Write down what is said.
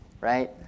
right